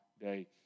day